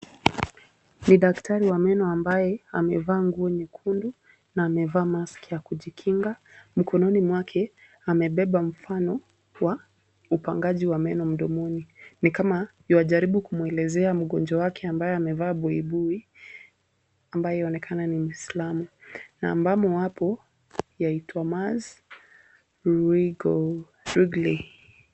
Ni daktari wa meno ambaye amevaa nguo nyekundu na amevaa mask ya kujikinga. Mkononi mwake amebeba mfano wa upangaji wa meno mdomoni. Ni kama yuajaribu kumuelezea mgonjwa wake ambaye amevaa buibui ambaye yuonekana ni muislamu na abamo wako yaitwa mars wigo clinic .